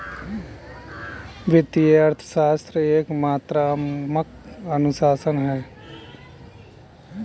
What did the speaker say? वित्तीय अर्थशास्त्र एक मात्रात्मक अनुशासन है